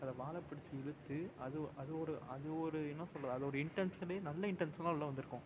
அதை வாலைப் பிடித்து இழுத்து அது அது ஒரு அது ஒரு என்ன சொல்கிறது அது ஒரு இன்டன்ஷனே நல்ல இன்டன்ஷனாக உள்ளே வந்திருக்கும்